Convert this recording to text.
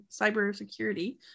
cybersecurity